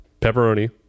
Pepperoni